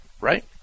right